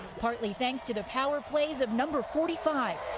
partly thanks to the power plays of number forty five.